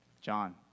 John